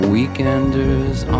Weekenders